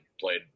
played